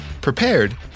prepared